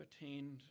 attained